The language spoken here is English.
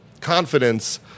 confidence